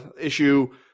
issue